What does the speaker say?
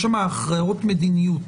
יש שם אחריות מדיניות.